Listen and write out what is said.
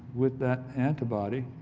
with that antibody,